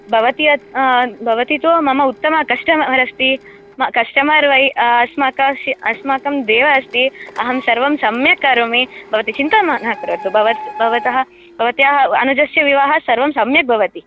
भवती यद् भवति तु मम उत्तम कस्टमर् अस्ति कस्टमर् वै अस्माकं अस्माकं देवः अस्ति अहं सर्वं सम्यक् करोमि भवती चिन्तां न करुतु भवतः भवत्याः अनुजस्य विवाह सर्वं सम्यक् भवति